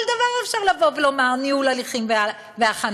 על כל דבר אפשר לומר "ניהול הליכים והכנתם".